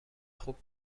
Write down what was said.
خوب